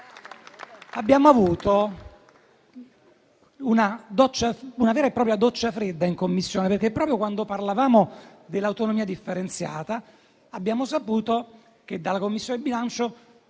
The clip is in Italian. abbiamo avuto una vera e propria doccia fredda in Commissione, perché, proprio quando parlavamo dell'autonomia differenziata, abbiamo saputo della bocciatura da